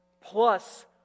plus